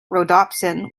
rhodopsin